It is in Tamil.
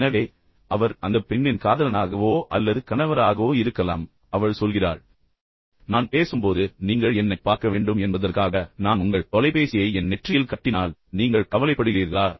எனவே அவர் அந்த பெண்ணின் காதலனாகவோ அல்லது கணவராகவோ இருக்கலாம் அவள் சொல்கிறாள் நான் பேசும்போது நீங்கள் என்னைப் பார்க்க வேண்டும் என்பதற்காக நான் உங்கள் தொலைபேசியை என் நெற்றியில் கட்டினால் நீங்கள் கவலைப்படுகிறீர்களா